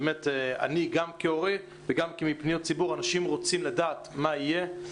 גם כהורה וגם מפניות של הציבור אני רואה שאנשים רוצים לדעת מה יהיה.